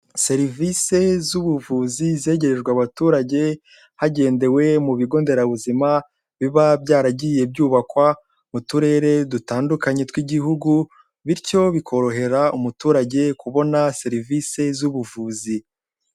Service z'ubuvuzi zegerejwe abaturage hagendewe mu bigo nderabuzima biba byaragiye byubakwa mu turere dutandukanye tw'igihugu bityo bikorohera umuturage kubona service z'ubuvuzi.